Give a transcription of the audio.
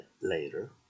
later